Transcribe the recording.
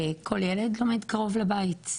כל ילד לומד קרוב לבית,